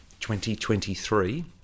2023